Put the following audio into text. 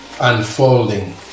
Unfolding